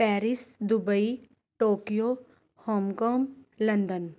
Paris Dubai Tokyo Hong Kong London